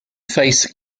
face